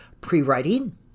Pre-writing